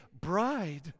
bride